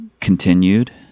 continued